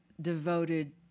devoted